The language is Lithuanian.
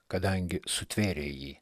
kadangi sutvėrei jį